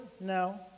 No